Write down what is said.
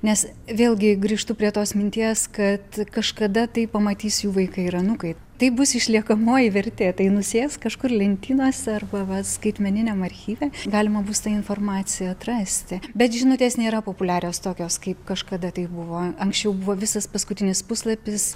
nes vėlgi grįžtu prie tos minties kad kažkada tai pamatys jų vaikai ir anūkai tai bus išliekamoji vertė tai nusės kažkur lentynose arba va skaitmeniniam archyve galima bus tą informaciją atrasti bet žinutės nėra populiarios tokios kaip kažkada tai buvo anksčiau buvo visas paskutinis puslapis